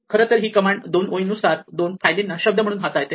खरं तर हि कमांड दोन ओळींनुसार दोन फायलींना शब्द म्हणून हाताळते